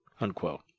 unquote